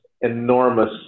enormous